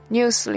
News